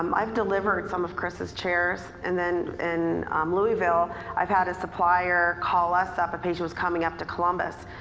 um i've delivered some of chris' chairs. and then in um louisville i've had a supplier call us up, a patient was coming up to columbus.